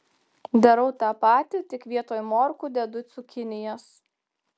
darau tą patį tik vietoj morkų dedu cukinijas